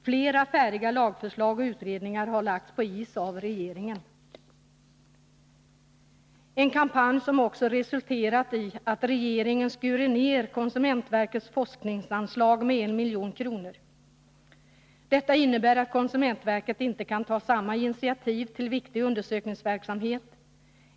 Flera färdiga lagförslag och utredningar har lagts på is av regeringen. Kampanjen har också resulterat i att regeringen skurit ned konsumentverkets forskningsanslag med 1 milj.kr. Detta innebär att konsumentverket inte kan ta samma initiativ till viktig undersökningsverksamhet.